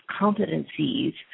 competencies